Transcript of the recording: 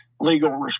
legal